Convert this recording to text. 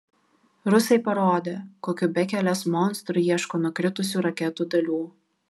rusai parodė kokiu bekelės monstru ieško nukritusių raketų dalių